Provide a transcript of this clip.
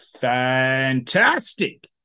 fantastic